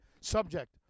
subject